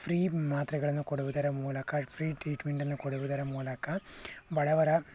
free ಮಾತ್ರೆಗಳನ್ನು ಕೊಡುವುದರ ಮೂಲಕ ಫ್ರೀ ಟ್ರೀಟ್ಮೆಂಟ್ ಅನ್ನು ಕೊಡುವುದರ ಮೂಲಕ ಬಡವರ